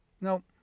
No